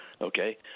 okay